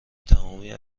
تمامی